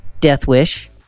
Deathwish